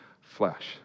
flesh